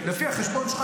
לפי החשבון שלך,